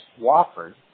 Wofford